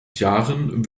jahren